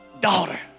daughter